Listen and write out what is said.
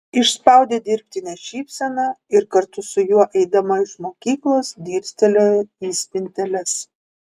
išspaudė dirbtinę šypseną ir kartu su juo eidama iš mokyklos dirstelėjo į spinteles